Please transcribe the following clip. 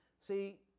See